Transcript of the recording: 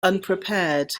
unprepared